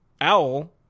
Owl